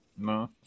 No